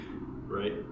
right